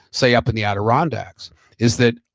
say up in the adirondacks is that,